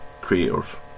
creators